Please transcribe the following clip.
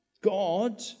God